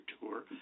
tour